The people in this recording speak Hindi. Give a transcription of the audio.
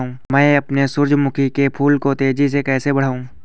मैं अपने सूरजमुखी के फूल को तेजी से कैसे बढाऊं?